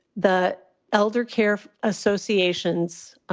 the elder care associations,